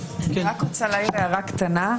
אני רוצה להעיר הערה קטנה,